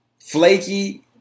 flaky